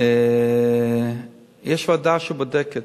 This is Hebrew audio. יש ועדה שבודקת,